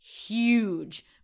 huge